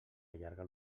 allarga